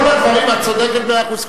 את צודקת במאה אחוז.